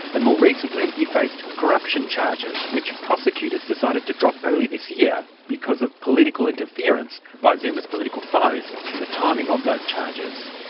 and more recently he faced corruption charges, which prosecutors decided to drop early this year because of political interference by zuma's political foes in the timing of those charges.